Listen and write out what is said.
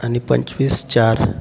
आणि पंचवीस चार